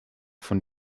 von